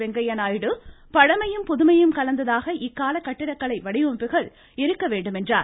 வெங்கையா நாயுடு பழமையும் புதுமையும் கலந்ததாக இக்கால கட்டிட வடிவமைப்புகள் இருக்க வேண்டும் என்றாா